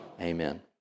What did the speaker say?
Amen